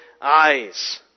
eyes